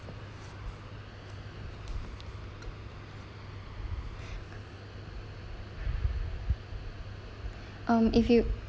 um if you